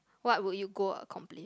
what would you go accomplish